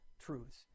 truths